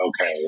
okay